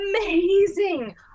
Amazing